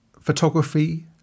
photography